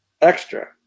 extra